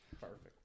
Perfect